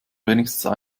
wenigstens